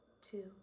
two